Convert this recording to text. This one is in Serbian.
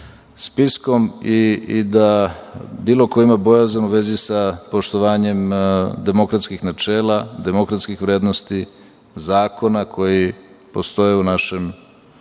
spiskom i da bilo ko ima bojazan u vezi sa poštovanjem demokratskih načela, demokratskih vrednosti, zakona koji postoje u našem